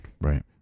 right